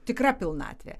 tikra pilnatvė